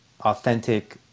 authentic